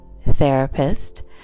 therapist